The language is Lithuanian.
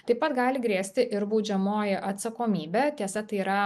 taip pat gali grėsti ir baudžiamoji atsakomybė tiesa tai yra